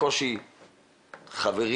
בקושי חברים.